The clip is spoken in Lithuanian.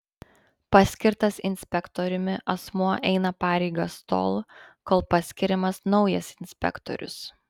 paskirtas inspektoriumi asmuo eina pareigas tol kol paskiriamas naujas inspektorius